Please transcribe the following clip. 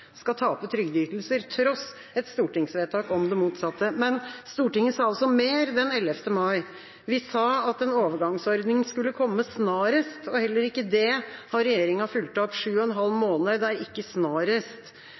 skal tape trygdeytelser, til tross for et stortingsvedtak om det motsatte. Men Stortinget sa mer den 11. mai. Vi sa at en overgangsordning skulle komme snarest, og heller ikke det har regjeringa fulgt opp – sju og en halv måneder er ikke snarest.